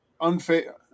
unfair